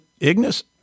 ignis